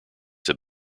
have